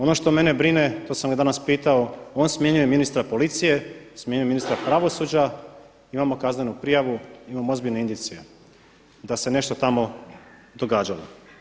Ono što mene brine, to sam ga danas pitao on smjenjuje ministra policije, smjenjuje ministra pravosuđa, imamo kaznenu prijavu, imamo ozbiljne indicije da se nešto tamo događalo.